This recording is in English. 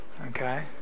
Okay